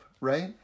right